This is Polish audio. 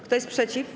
Kto jest przeciw?